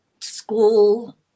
school